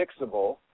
fixable